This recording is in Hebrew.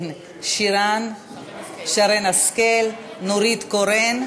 שרן השכל, נורית קורן,